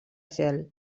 gel